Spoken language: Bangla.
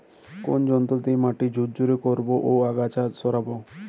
কোন যন্ত্র দিয়ে মাটি ঝুরঝুরে করব ও আগাছা সরাবো?